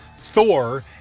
Thor